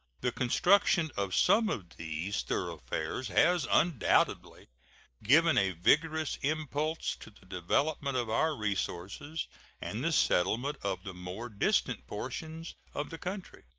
the construction of some of these thoroughfares has undoubtedly given a vigorous impulse to the development of our resources and the settlement of the more distant portions of the country.